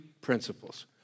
principles